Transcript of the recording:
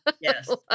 Yes